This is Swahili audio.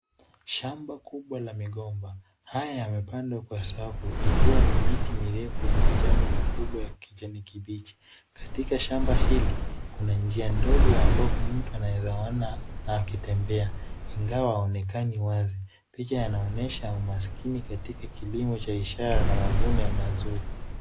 Shamba kubwa la migomba, haya yamepandwa kwa safu yakiwa ni miti mirefu ya majani makubwa ya kijani kibichi. Katika shamba hili kuna njia ndogo ambao mtu anaeza ona akitembea ingawa haonekani wazi. Picha yanaonyesha umaskini katika kilimo cha ishara na mavuno ya mazuri.